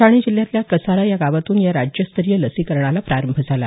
ठाणे जिल्ह्यातल्या कसारा या गावातून या राज्यस्तरीय लसीकरणाला प्रारंभ झाला